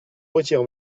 retire